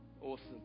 Awesome